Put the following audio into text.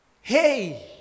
Hey